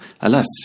Alas